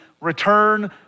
return